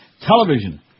Television